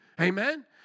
Amen